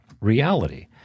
reality